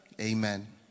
Amen